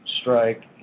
strike